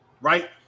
right